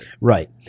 Right